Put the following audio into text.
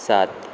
सात